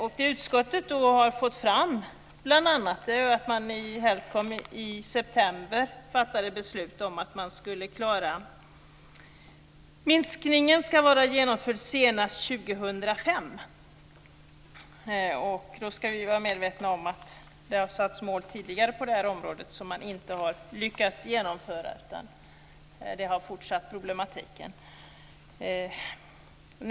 Det utskottet har fått fram är bl.a. att man vid HELCOM i september fattade beslut om att minskningen skulle vara genomförd senast 2005. Då ska vi vara medvetna om att det har satts upp mål tidigare på det här området som man inte har lyckats genomföra. I stället har problematiken fortsatt.